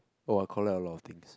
oh I collect a lot of things